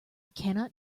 cannot